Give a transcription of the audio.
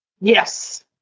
Yes